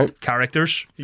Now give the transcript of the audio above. characters